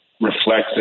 reflects